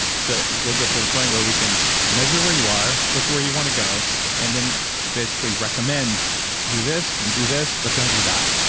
so we'll get to the point where we can measure where you are, look at where you want to go and then basically recommend do this and do this, but don't do that.